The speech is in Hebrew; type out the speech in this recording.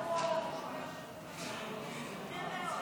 אדוני היושב-ראש,